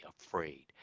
afraid